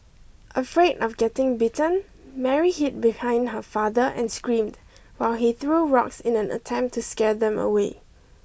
afraid of getting bitten Mary hid behind her father and screamed while he threw rocks in an attempt to scare them away